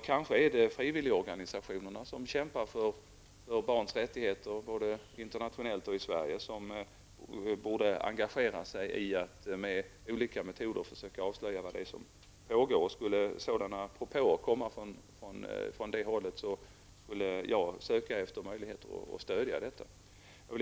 Kanske är det frivilligorganisationerna som kämpar för barns rättigheter, både internationellt och i Sverige, som borde engagera sig i att med olika metoder försöka avslöja vad som pågår. Och skulle sådana propåer komma från det hållet skulle jag söka efter möjligheter att stödja dessa organisationer. Herr talman!